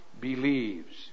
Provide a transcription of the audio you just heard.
believes